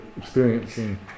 experiencing